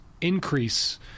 increase